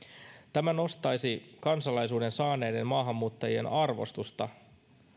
tämä kenties nostaisi kansalaisuuden saaneiden maahanmuuttajien arvostusta